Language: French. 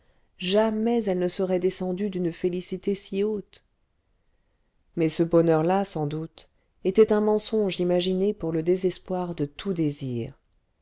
jamais elle ne serait descendue d'une félicité si haute mais ce bonheur-là sans doute était un mensonge imaginé pour le désespoir de tout désir